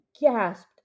gasped